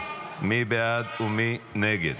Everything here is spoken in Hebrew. מי בעד ומי נגד?